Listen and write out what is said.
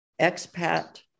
expat